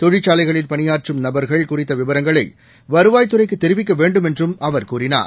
கொழிற்சாலைகளில் பணியாற்றம் நபர்கள் குறித்தவிவரங்களைவருவாய்த்துறைக்குதெரிவிக்கவேண்டும் என்றும் அவர் கூறினார்